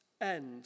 end